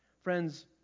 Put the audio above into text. Friends